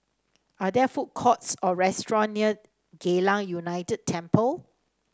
are there food courts or restaurants near Geylang United Temple